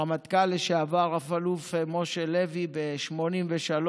הרמטכ"ל לשעבר רב-אלוף משה לוי החליט ב-1983